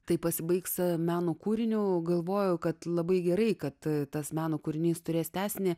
tai pasibaigs meno kūriniu o galvojau kad labai gerai kad tas meno kūrinys turės tęsinį